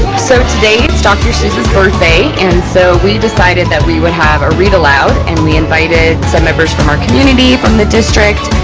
so today it's dr seuss's birthday, and so we decided that we would have a read aloud. and we invited some members from our community from the district,